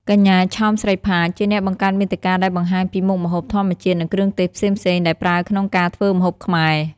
កញ្ញាឆោម ស្រីផាច ជាអ្នកបង្កើតមាតិកាដែលបង្ហាញពីមុខម្ហូបធម្មជាតិនិងគ្រឿងទេសផ្សេងៗដែលប្រើក្នុងការធ្វើម្ហូបខ្មែរ។